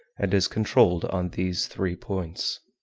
and is controlled on these three points.